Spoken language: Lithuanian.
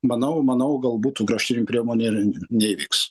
manau manau gal būtų kraštutinė priemonė ir neįvyks